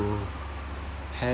to have